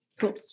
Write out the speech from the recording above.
Cool